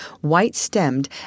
white-stemmed